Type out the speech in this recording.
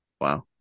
Wow